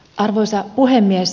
arvoisa puhemies